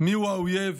מיהו האויב